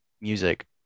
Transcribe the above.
music